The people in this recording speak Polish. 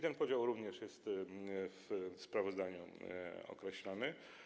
Ten podział również jest w sprawozdaniu określony.